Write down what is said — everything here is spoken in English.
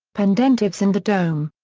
pendentives and the dome.